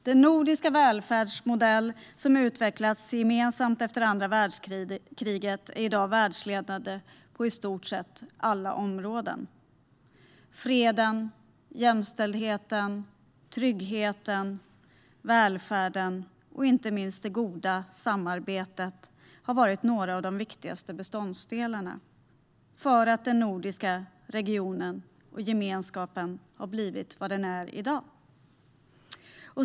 Den nordiska välfärdsmodell som har utvecklats gemensamt efter det andra världskriget är i dag världsledande på i stort sett alla områden. Freden, jämställdheten, tryggheten, välfärden och inte minst det goda samarbetet har varit några av de viktigaste beståndsdelarna för att den nordiska regionen och gemenskapen har blivit vad den är i dag.